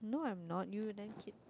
no I'm not you then kid